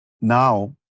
Now